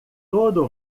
todo